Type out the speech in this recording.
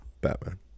Batman